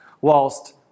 Whilst